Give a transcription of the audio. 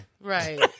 Right